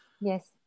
Yes